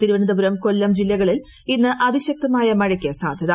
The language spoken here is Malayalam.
തിരുവനന്തപുരം കൊല്ലം ജില്ലകളിൽ ഇന്ന് അതിശക്തമായ മഴയ്ക്ക് സാധൃത